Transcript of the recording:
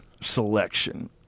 Selection